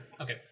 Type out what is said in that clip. Okay